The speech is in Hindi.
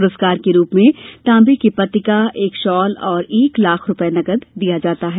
पुरस्कार के रूप में तांबे की पट्टिका एक शॉल और एक लाख रूपया नकद दिया जाता है